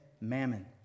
Mammon